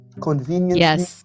conveniently